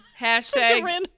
hashtag